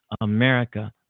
America